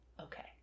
okay